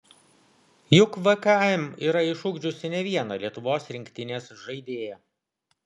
juk vkm yra išugdžiusi ne vieną lietuvos rinktinės žaidėją